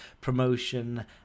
promotion